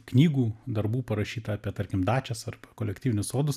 knygų darbų parašyta apie tarkim dačias arba kolektyvinius sodus